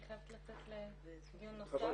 אני חייבת לצאת לדיון נוסף.